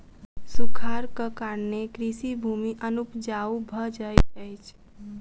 सूखाड़क कारणेँ कृषि भूमि अनुपजाऊ भ जाइत अछि